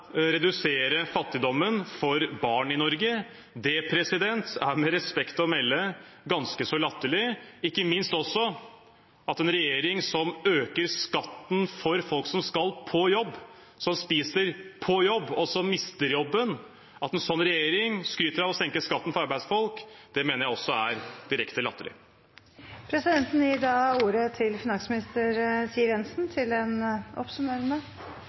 melde ganske så latterlig. Det er ikke minst også latterlig at en regjering som øker skatten for folk som skal på jobb, som spiser på jobb, og som mister jobben, skryter av å senke skatten for arbeidsfolk. Det mener jeg også er direkte latterlig. Statsråd Siv Jensen får ordet til